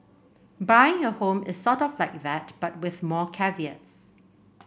buying a home is sort of like that but with more caveats